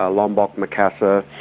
ah lombok, makassar,